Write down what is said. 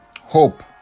hope